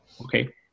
Okay